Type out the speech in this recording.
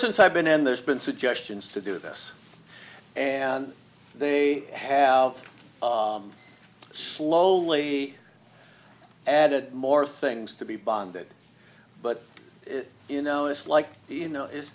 since i've been in there's been suggestions to do this and they have slowly added more things to be bonded but you know it's like you know i